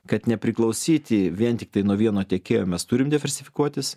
kad nepriklausyti vien tiktai nuo vieno tiekėjo mes turim diversifikuotis